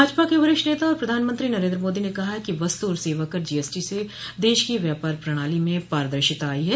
भाजपा के वरिष्ठ नेता और प्रधानमंत्री नरेंद्र मोदी ने कहा है कि वस्तु और सेवा कर जीएसटी से देश की व्यापार प्रणाली में पारदर्शिता आयी है